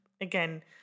again